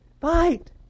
fight